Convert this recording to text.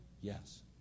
Yes